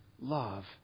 love